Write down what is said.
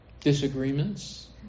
disagreements